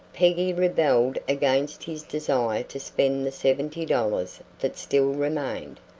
peggy rebelled against his desire to spend the seventy dollars that still remained,